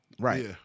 Right